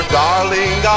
darling